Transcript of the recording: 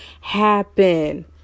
happen